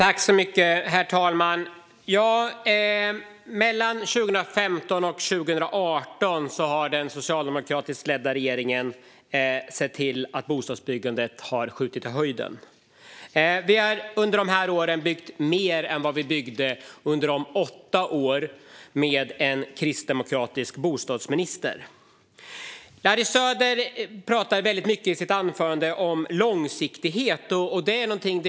Herr talman! Mellan 2015 och 2018 har den socialdemokratiskt ledda regeringen sett till att bostadsbyggandet skjutit i höjden. Vi har under de här åren byggt mer än vi byggde under de åtta åren med en kristdemokratisk bostadsminister. Larry Söder talade i sitt anförande mycket om långsiktighet.